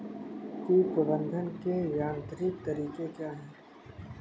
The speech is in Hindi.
कीट प्रबंधक के यांत्रिक तरीके क्या हैं?